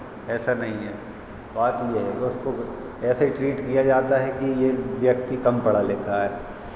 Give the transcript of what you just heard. ऐसा नहीं है बात ये है कि उसको ऐसे ट्रीट किया जाता है कि ये व्यक्ति कम पढ़ा लिखा है